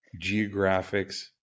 Geographics